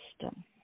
system